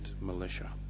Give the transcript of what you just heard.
militia